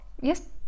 Yes